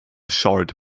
short